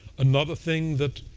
another thing that